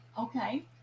Okay